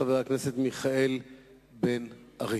חבר הכנסת מיכאל בן-ארי.